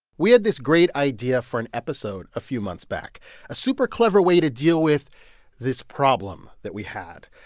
we had this great idea for an episode a few months back a super clever way to deal with this problem that we had.